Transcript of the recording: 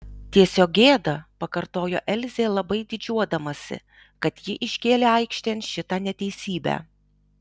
tiesiog gėda pakartojo elzė labai didžiuodamasi kad ji iškėlė aikštėn šitą neteisybę